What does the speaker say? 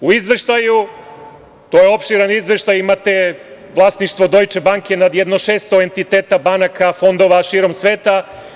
U izveštaju, to je opširan izveštaj, imate vlasništvo „Dojče banke“ nad jedno 600 entiteta banaka, fondova širom sveta.